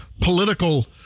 political